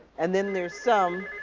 and then there's some